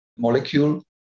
molecule